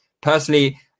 personally